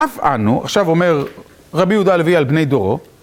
אף אנו, עכשיו אומר רבי יהודה הלוי על בני דורו